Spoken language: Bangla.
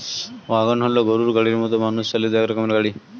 ওয়াগন হল গরুর গাড়ির মতো মানুষ চালিত এক রকমের গাড়ি